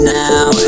now